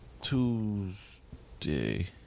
Tuesday